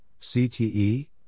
CTE